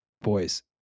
boys